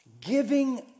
giving